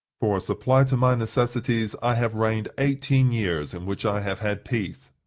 for a supply to my necessities, i have reigned eighteen years, in which i have had peace,